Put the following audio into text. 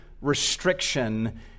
restriction